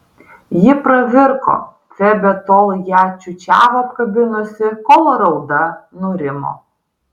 ji pravirko febė tol ją čiūčiavo apkabinusi kol rauda nurimo